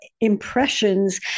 impressions